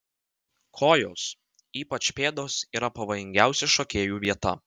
kojos ypač pėdos yra pavojingiausia šokėjų vieta